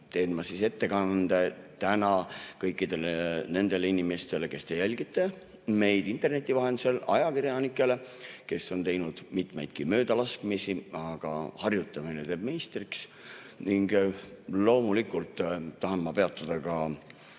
teen ma ettekande täna kõikidele nendele inimestele, kes meid jälgivad interneti vahendusel, ja ajakirjanikele, kes on teinud mitmeid möödalaskmisi, aga harjutamine teeb meistriks. Ning loomulikult tahan ma peatuda